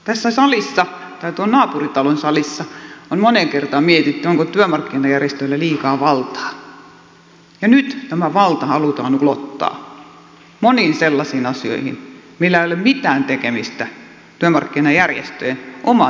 tässä salissa tai tuon naapuritalon salissa on moneen kertaan mietitty onko työmarkkinajärjestöillä liikaa valtaa ja nyt tämä valta halutaan ulottaa moniin sellaisiin asioihin millä ei ole mitään tekemistä työmarkkinajärjestöjen oman tehtävän kanssa